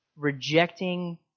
rejecting